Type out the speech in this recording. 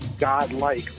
godlike